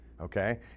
okay